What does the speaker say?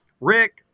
Rick